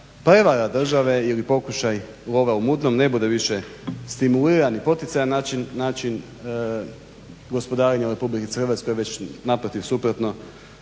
prevara države ili pokušaj lova u mutnom ne bude više stimuliran i poticajan način gospodarenja u Republici Hrvatskoj već naprotiv suprotno,